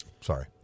Sorry